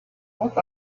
what